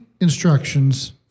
instructions